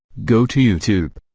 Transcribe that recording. go to youtube